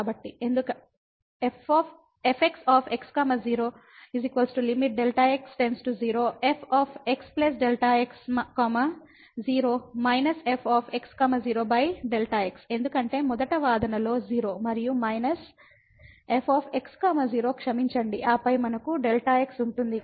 కాబట్టి fx x 0 Δ x 0 f x Δ x 0−f x 0Δ x ఎందుకంటే మొదటి వాదనలో 0 మరియు మైనస్ f x 0 క్షమించండి ఆపై మనకు Δx ఉంటుంది